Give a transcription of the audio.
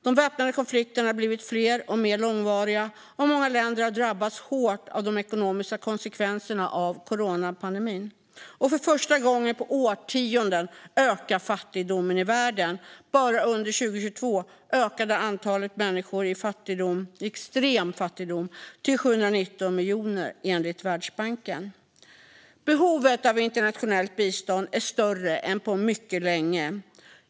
De väpnade konflikterna har blivit fler och mer långvariga, och många länder har drabbats hårt av de ekonomiska konsekvenserna av coronapandemin. För första gången på årtionden ökar fattigdomen i världen. Bara under 2022 ökade antalet människor i extrem fattigdom till 719 miljoner, enligt Världsbanken. Behovet av internationellt bistånd är större än på mycket länge.